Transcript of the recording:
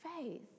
faith